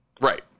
Right